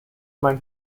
mein